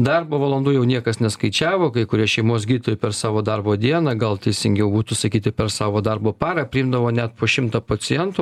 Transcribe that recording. darbo valandų jau niekas neskaičiavo kai kurie šeimos gydytojai per savo darbo dieną gal teisingiau būtų sakyti per savo darbo parą priimdavo net po šimtą pacientų